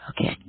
Okay